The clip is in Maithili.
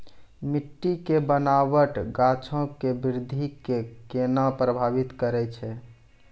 मट्टी के बनावट गाछो के वृद्धि के केना प्रभावित करै छै?